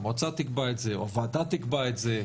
שהמועצה תקבע את זה,